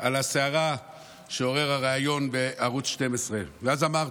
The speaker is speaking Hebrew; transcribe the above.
הסערה שעורר הריאיון בערוץ 12. אז אמרתי: